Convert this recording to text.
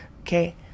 okay